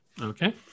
Okay